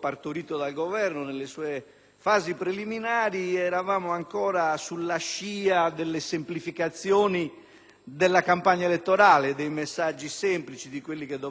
partorito dal Governo nelle sue fasi preliminari eravamo ancora sulla scia delle semplificazioni della campagna elettorale e dei messaggi semplici che dovevano far colpo,